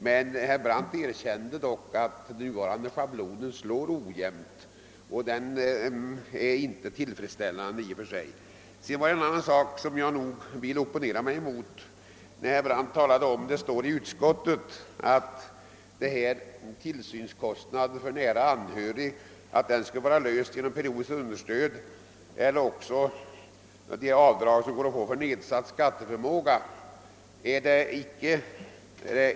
Herr Brandt erkände dock att den nuvarande schablonen slår ojämnt och inte är tillfredställande. Det står i utskottsutlåtandet att frågan om avdrag för kostnader för tillsyn av nära anhörig är löst genom reglerna om avdrag för periodiskt understöd och för nedsatt skatteförmåga. Detta vill jag opponera mig mot.